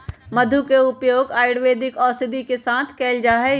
मधु के उपयोग आयुर्वेदिक औषधि के साथ कइल जाहई